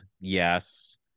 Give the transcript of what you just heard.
Yes